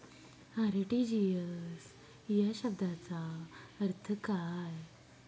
RTGS या शब्दाचा अर्थ काय?